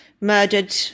murdered